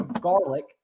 garlic